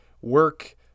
work